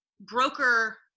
broker